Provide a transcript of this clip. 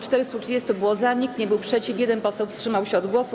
430 było za, nikt nie był przeciw, 1 poseł wstrzymał się od głosu.